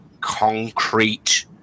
concrete